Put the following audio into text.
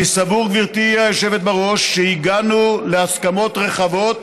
אני סבור, גברתי היושבת-ראש, שהגענו להסכמות רחבות